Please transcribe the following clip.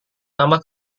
nama